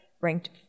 ranked